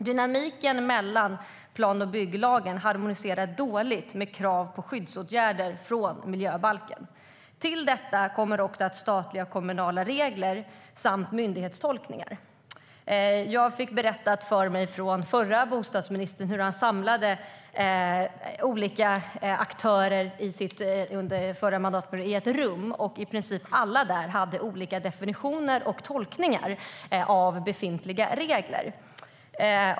Dynamiken i plan och bygglagen harmoniserar dåligt med krav på skyddsåtgärder i miljöbalken. Till detta kommer också statliga och kommunala regler samt myndighetstolkningar. Jag fick berättat för mig av förra bostadsministern hur han under förra mandatperioden samlade olika aktörer i ett rum och att i princip alla där hade olika definitioner och tolkningar av befintliga regler.